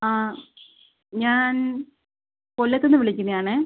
ആ ഞാൻ കൊല്ലത്തുനിന്ന് വിളിക്കുന്നതാണേ